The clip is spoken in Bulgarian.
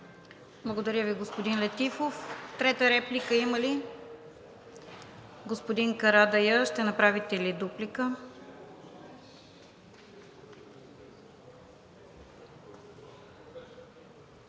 Благодаря Ви, господин Летифов. Трета реплика има ли? Господин Карадайъ, ще направите ли дуплика?